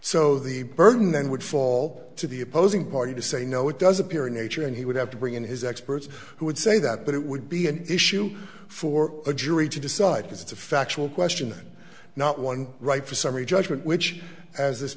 so the burden then would fall to the opposing party to say no it does appear in nature and he would have to bring in his experts who would say that but it would be an issue for a jury to decide it's a factual question not one right for summary judgment which as this